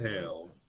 hell